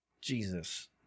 Jesus